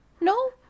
No